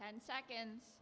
ten seconds